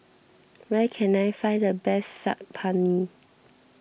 where can I find the best Saag Paneer